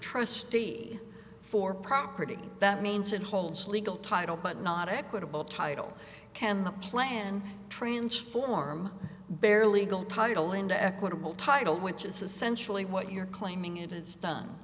trustee for property that means it holds legal title but not equitable title can the plan transform bare legal title into equitable title which is essentially what you're claiming it has done